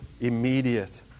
immediate